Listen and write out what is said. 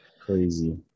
Crazy